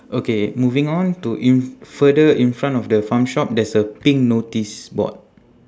okay moving on to in further in front of the farm shop there's a pink notice board